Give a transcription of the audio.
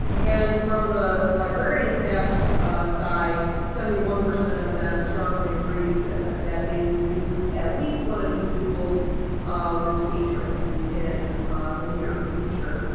and from the librarian staff's side, seventy one percent of them strongly agrees that that they would use at least one of these tools with patrons in the near future.